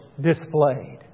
displayed